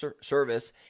service